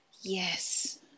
Yes